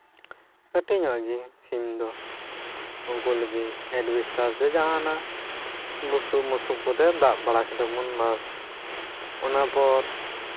ᱠᱟᱹᱴᱤᱡ ᱧᱚᱜ ᱜᱮ ᱥᱤᱢ ᱫᱚ ᱩᱱᱠᱩ ᱞᱟᱹᱜᱤᱫ ᱮᱰᱵᱮᱥᱴᱟᱨ ᱥᱮ ᱡᱟᱦᱟᱱᱟᱜ ᱵᱩᱥᱩᱯᱼᱢᱩᱥᱩᱯ ᱠᱚᱛᱮ ᱫᱟᱯ ᱵᱟᱲᱟ ᱠᱮᱫᱟ ᱵᱚᱱ ᱵᱟᱥ ᱚᱱᱟ ᱯᱚᱨ